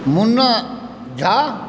Munna Jha